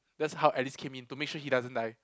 that's how Alice came in to make sure he doesn't die